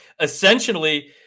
essentially –